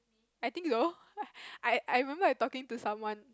I think so I I remember I talking to someone